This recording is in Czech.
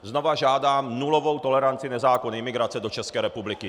Znovu žádám nulovou toleranci nezákonné imigrace do České republiky.